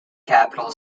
capital